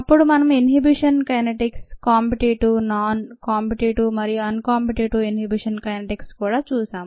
అప్పుడు మనము inhibition kinetics competitive non competitive మరియు అన్ కాంపిటీటివ్ ఇన్హెబిషన్ కైనెటిక్స్ కూడా చూసాము